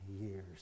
years